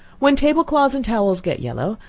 when table cloths and towels get yellow,